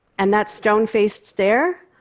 and that stone-faced stare?